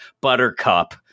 buttercup